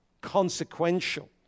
consequential